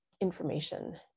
information